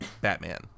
Batman